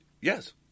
Yes